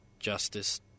Justice